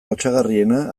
lotsagarriena